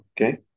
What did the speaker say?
okay